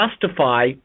justify